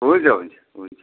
हुन्छ हुन्छ हुन्छ